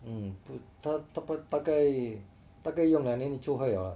mm 不他大概大概大概用了 then 你就会了